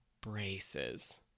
braces